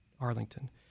Arlington